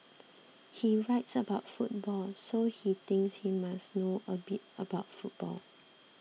he writes about football so he thinks he must know a bit about football